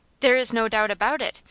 there is no doubt about it.